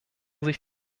sich